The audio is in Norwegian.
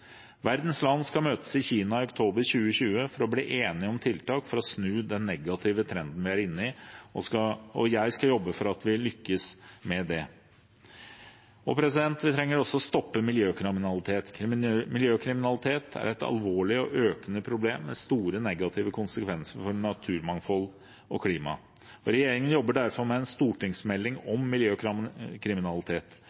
Verdens land skal møtes i Kina i oktober 2020 for å bli enige om tiltak for å snu den negative trenden vi er inne i. Jeg skal jobbe for at vi lykkes med det. For det sjette trenger vi å stoppe miljøkriminalitet: Miljøkriminalitet er et alvorlig og økende problem med store negative konsekvenser for naturmangfold og klima. Regjeringen jobber derfor med en stortingsmelding